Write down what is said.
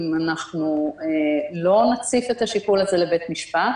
אם אנחנו לא נציף את השיקול הזה לבית המשפט,